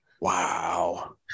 Wow